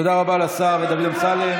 תודה רבה לשר דוד אמסלם.